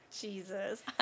Jesus